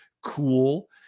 cool